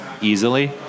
easily